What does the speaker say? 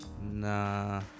Nah